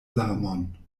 larmon